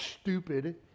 stupid